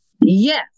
Yes